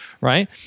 right